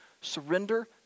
Surrender